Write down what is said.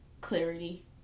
clarity